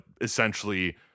essentially